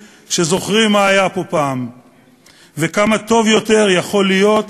שזוכרים מה היה פה פעם וכמה טוב יותר יכול להיות